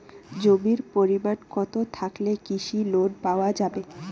জমির পরিমাণ কতো থাকলে কৃষি লোন পাওয়া যাবে?